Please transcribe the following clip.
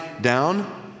down